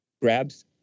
grabs